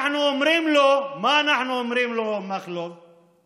אנחנו אומרים לו מה אנחנו אומרים לו, מכלוף?